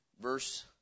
verse